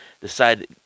decided